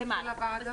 למעלה,